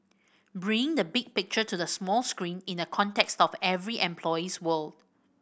bring the big picture to the small screen in the context of every employee's world